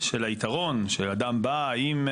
של היתרון, של אדם בא עם,